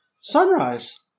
Sunrise